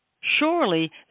Surely